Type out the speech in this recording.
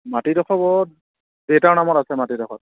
মাটিডোখৰ বাৰু দেউতাৰ নামত আছে মাটিডোখৰ